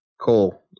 Cole